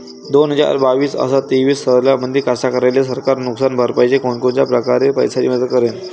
दोन हजार बावीस अस तेवीस सालामंदी कास्तकाराइले सरकार नुकसान भरपाईची कोनच्या परकारे पैशाची मदत करेन?